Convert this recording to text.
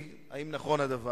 רצוני לשאול: 1. האם נכון הדבר?